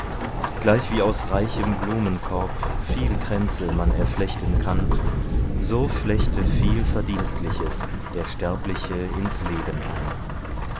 folgt gleichwie aus reichem blumenkorb viel kränze man erflechten kann so flechte viel verdienstliches der sterbliche ins leben ein